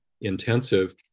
intensive